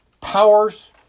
Powers